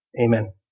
Amen